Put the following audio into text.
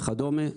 וכדומה,